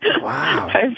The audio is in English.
Wow